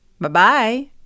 Bye-bye